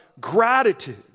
gratitude